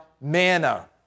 manna